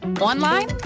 Online